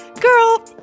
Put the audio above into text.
Girl